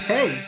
Hey